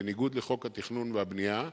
בניגוד לחוק התכנון והבנייה,